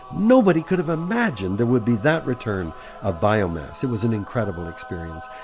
nobody could've imagined there would be that return of biomass. it was an incredible experience.